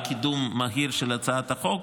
על קידום מהיר של הצעת החוק,